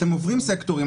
אתם עוברים סקטורים,